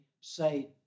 say